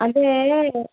అంటే